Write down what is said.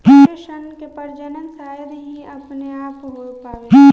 पशु सन के प्रजनन शायद ही अपने आप हो पावेला